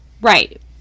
Right